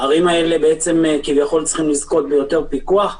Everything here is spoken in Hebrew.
הערים האלה כביכול צריכות לזכות ביותר פיקוח,